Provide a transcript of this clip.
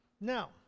Now